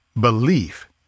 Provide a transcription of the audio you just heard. belief